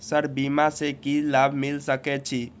Sir बीमा से की लाभ मिल सके छी?